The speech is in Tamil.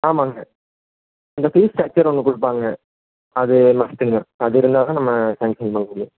ஆமாம்ங்க உங்கள் ஃபீஸ் ஸ்ட்ரக்சரை அவங்க கொடுப்பாங்க அது மஸ்ட்டுங்க அது இருந்தால் தான் நம்ம சேங்க்ஷன் பண்ண முடியும்